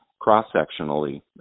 cross-sectionally